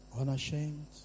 Unashamed